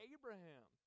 Abraham